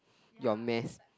your mess